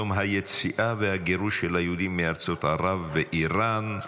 יום היציאה והגירוש של היהודים מארצות ערב ואיראן.